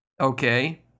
okay